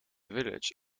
village